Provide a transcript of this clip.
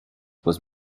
was